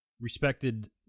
respected